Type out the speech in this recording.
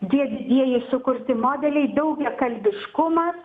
tie didieji sukurti modeliai daugiakalbiškumas